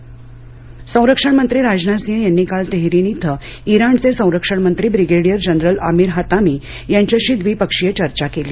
राजनाथ सिंह संरक्षण मंत्री राजनाथ सिंह यांनी काल तेहरीन इथं इराणचे संरक्षण मंत्री ब्रिगेडियर जनरल आमीर हतामी यांच्याशी द्विपक्षीय चर्चा केली